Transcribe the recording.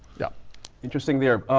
yeah interesting there.